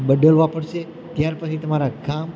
બદલવા પડશે ત્યાર પછી તમારા કામ